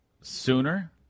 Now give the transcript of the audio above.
Sooner